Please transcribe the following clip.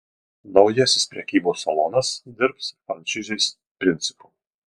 naujasis prekybos salonas dirbs franšizės principu